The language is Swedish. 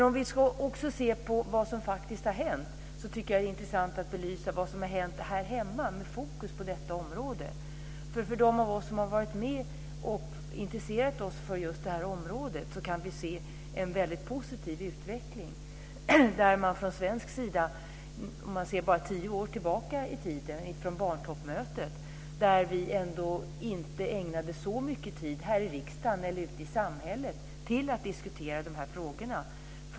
Om vi också ser på vad som faktiskt har hänt så tycker jag att det är intressant att belysa vad som har hänt här hemma med fokus på detta område. Vi som har varit med och intresserat oss för just detta område kan se en väldigt positiv utveckling. Från svensk sida kan vi se bara tio år tillbaka i tiden, från barntoppmötet. Då ägnade vi ändå inte så mycket tid här i riksdagen eller ute i samhället till att diskutera dessa frågor.